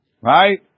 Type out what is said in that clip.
Right